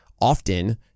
often